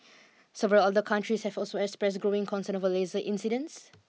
several other countries have also expressed growing concern over laser incidents